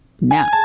now